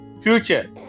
future